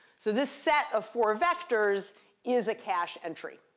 so this set of four vectors is a cache entry.